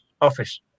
office